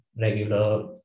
regular